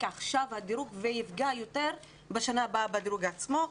עכשיו ויפגע יותר בשנה הבאה בדירוג עצמו.